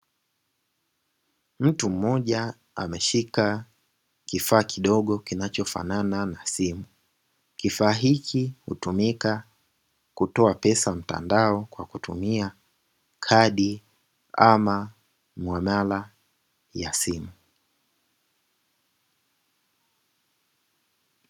Mtu mmoja ameshika kifaa kidogo kinachofanana na simu, kifaa hiki hutumika kutoa pesa mtandao kwa kutumia kadi, ama miamala ya simu.